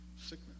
sickness